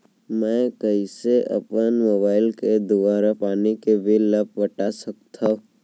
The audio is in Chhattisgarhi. मैं कइसे अपन मोबाइल के दुवारा पानी के बिल ल पटा सकथव?